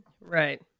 Right